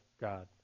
God